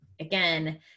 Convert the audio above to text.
Again